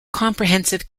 comprehensive